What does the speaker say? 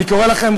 אני קורא לכם,